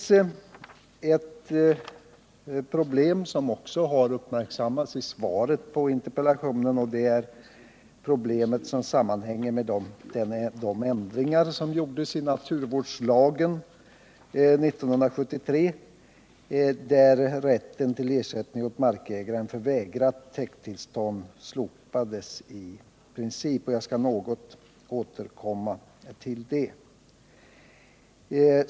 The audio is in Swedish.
Som också har uppmärksammats i svaret på interpellationen föreligger här ett problem, och det sammanhänger med de ändringar som gjordes i naturvårdslagen år 1973, varvid rätten till ersättning åt markägare för vägrat täkttillstånd i princip slopades. Jag skall återkomma till detta.